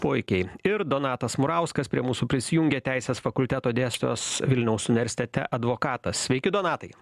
puikiai ir donatas murauskas prie mūsų prisijungė teisės fakulteto dėstytojas vilniaus unirsitete advokatas sveiki donatai